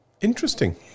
Interesting